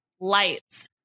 lights